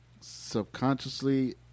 subconsciously